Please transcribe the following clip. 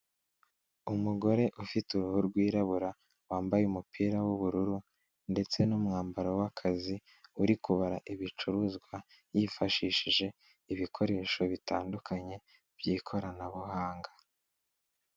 Umugore ufite uruhu rwirabura wambaye umupira w'ubururu ndetse n'umwambaro w'akazi uri kubara ibicuruzwa yifashishije ibikoresho bitandukanye by'ikoranabuhanga.